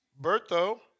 Bertho